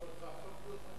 סוף תקופתך.